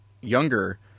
younger